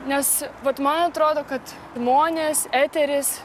nes vat man atrodo kad žmonės eteris